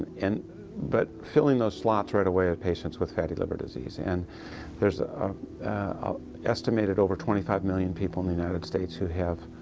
and but filling those slots right away of patients with fatty liver disease and there's a estimated over twenty five million people in the united states who have